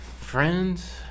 Friends